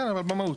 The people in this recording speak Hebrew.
כן, אבל במהות.